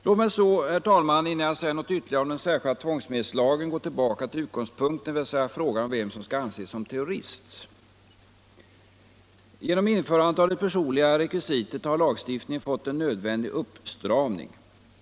Låt mig så, herr talman, innan jag säger något ytterligare om den särskilda tvångsmedelslagen, gå tillbaka till utgångspunkten, dvs. frågan om vem som skall anses som terrorist. Genom införandet av det s.k. personliga rekvisitet har lagstiftningen fått en nödvändig uppstramning.